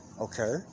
Okay